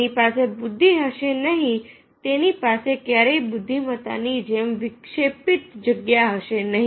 જેની પાસે બુદ્ધિ હશે નહીં તેની પાસે ક્યારેય બુદ્ધિમત્તા ની જેમ વિક્ષેપિત જગ્યા હશે નહીં